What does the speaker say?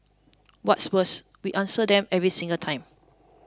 what's worse we answer them every single time